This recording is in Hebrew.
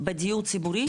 בדיור ציבורי?